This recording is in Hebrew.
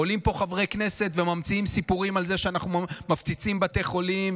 עולים לפה חברי כנסת וממציאים סיפורים על זה שאנחנו מפציצים בתי חולים,